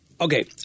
Okay